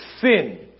sin